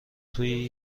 توی